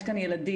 יש כאן ילדים,